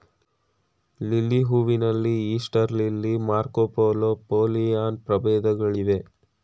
lily ಹೂವಿನಲ್ಲಿ Easter lily, Marco Polo, Pollyanna ಪ್ರಭೇದಗಳಿವೆ